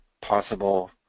possible